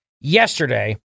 yesterday